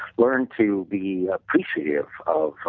learn to be appreciative